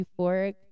euphoric